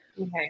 Okay